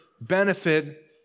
benefit